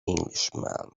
englishman